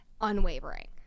unwavering